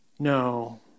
No